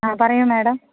ആ പറയൂ മേഡം